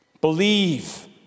believe